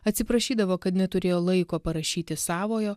atsiprašydavo kad neturėjo laiko parašyti savojo